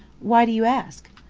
why do you ask?